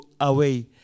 away